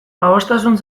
adostasun